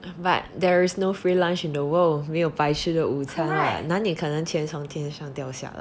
but there is no free lunch in the world 没有白吃的午餐哪里可能钱从天上掉下来的